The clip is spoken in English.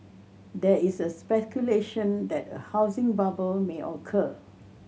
there is a speculation that a housing bubble may occur